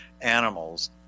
animals